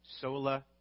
Sola